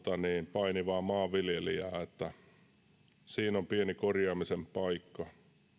painivaa maanviljelijää siinä on pieni korjaamisen paikka